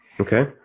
okay